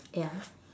ya